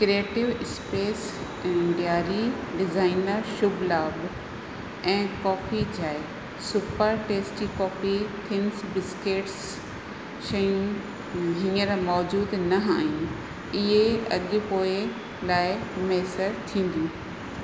creative space इंडियारी designer Shubh Labh ऐं coffee चांहि सूपर टेस्टी कॉफी थिम्स बिस्केट्स शयूं हींअंर मौजूदु न आहिनि इहे अॼु पोए लाइ मुयसरु थींदियूं